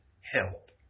help